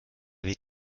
wird